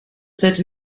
set